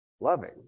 loving